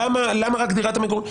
למה רק דירת המגורים?